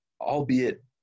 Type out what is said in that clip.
albeit